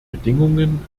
bedingungen